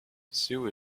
sue